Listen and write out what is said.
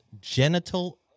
genital